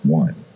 one